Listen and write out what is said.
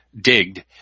digged